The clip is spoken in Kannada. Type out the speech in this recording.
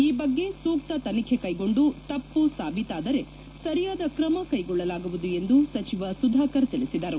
ಈ ಬಗ್ಗೆ ಸೂಕ್ತ ತನಿಖೆ ಕೈಗೊಂಡು ತಮ್ಪ ಸಾಬೀತಾದರೆ ಸರಿಯಾದ ಕ್ರಮ ಕೈಗೊಳ್ಳಲಾಗುವುದು ಎಂದು ಸಚಿವ ಸುಧಾಕರ್ ತಿಳಿಸಿದರು